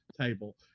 table